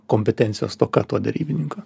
kompetencijos stoka to derybininko